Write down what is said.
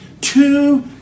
two